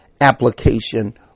application